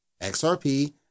XRP